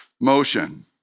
motion